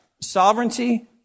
Sovereignty